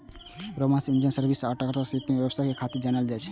Roman engineer Sergius Orata के सीप के व्यवसाय खातिर जानल जाइ छै